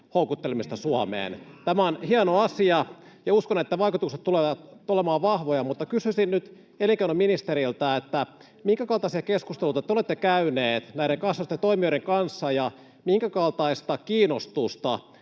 houkuttelemista Suomeen. Tämä on hieno asia, ja uskon, että vaikutukset tulevat olemaan vahvoja. Mutta kysyisin nyt elinkeinoministeriltä: minkäkaltaisia keskusteluita te olette käyneet näiden kansainvälisten toimijoiden kanssa, ja minkäkaltaista kiinnostusta